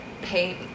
pay